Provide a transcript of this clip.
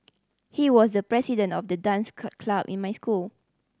he was the president of the dance club in my school